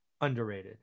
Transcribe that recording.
underrated